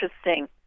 interesting